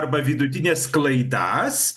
arba vidutines sklaidas